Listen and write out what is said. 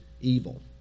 evil